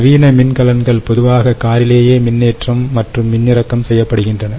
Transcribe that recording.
நவீன மின்கலன்கள் பொதுவாகக் காரிலேயே மின்னேற்றம் மற்றும் மின்னிறக்கம் செய்யப்படுகின்றன